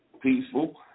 peaceful